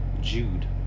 Jude